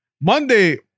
Monday